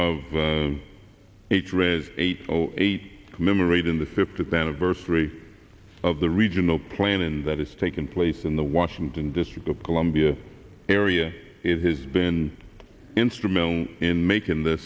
thread eight zero eight commemorating the fiftieth anniversary of the regional plan and that is taking place in the washington district of columbia area it has been instrumental in making th